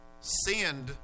Sinned